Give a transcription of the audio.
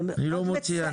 אני לא מוציא.